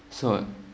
so